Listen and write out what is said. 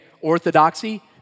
Orthodoxy